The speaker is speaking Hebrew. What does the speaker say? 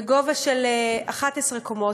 בגובה של 11 קומות,